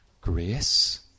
grace